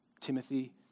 Timothy